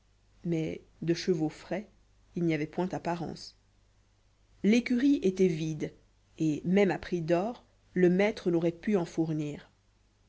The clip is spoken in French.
mais de chevaux frais il n'y avait point apparence l'écurie était vide et même à prix d'or le maître n'aurait pu en fournir